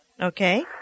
Okay